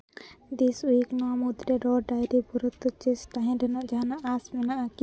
ᱫᱤᱥ ᱩᱭᱤᱠ ᱱᱚᱣᱟ ᱢᱩᱫᱽᱨᱮ ᱨᱚ ᱰᱟᱭᱨᱤ ᱵᱩᱨᱟᱴᱟ ᱪᱮᱥ ᱛᱟᱦᱮᱱ ᱨᱮᱱᱟᱜ ᱡᱟᱦᱟᱱᱟᱜ ᱟᱸᱥ ᱢᱮᱱᱟᱜ ᱟᱠᱤ